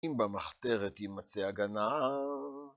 אם במחתרת ימצא הגנב...